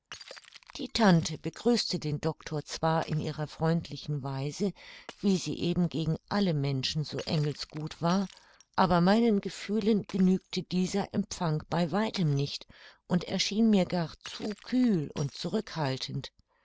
die tante begrüßte den doctor zwar in ihrer freundlichen weise wie sie eben gegen alle menschen so engelsgut war aber meinen gefühlen genügte dieser empfang bei weitem nicht und erschien mir gar zu kühl und zurückhaltend